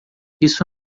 isso